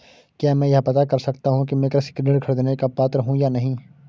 क्या मैं यह पता कर सकता हूँ कि मैं कृषि ऋण ख़रीदने का पात्र हूँ या नहीं?